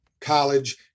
college